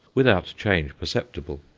without change perceptible.